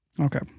Okay